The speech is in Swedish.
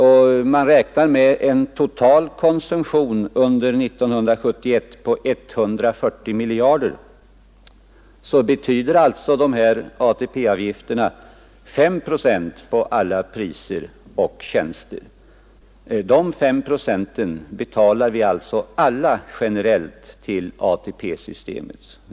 Om man räknar med en total konsumtion under 1971 på 140 miljarder, så betyder alltså de här ATP-avgifterna 5 procent av priset på alla varor och tjänster. De 5 procenten betalar vi alltså alla generellt till ATP-systemet.